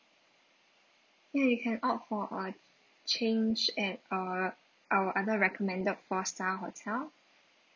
ya you can opt for a change at our our other recommended four star hotel